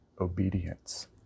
obedience